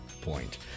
point